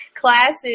classes